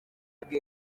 bwe